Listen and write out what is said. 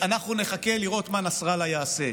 אנחנו נחכה לראות מה נסראללה יעשה.